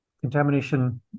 contamination